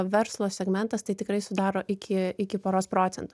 verslo segmentas tai tikrai sudaro iki iki poros procentų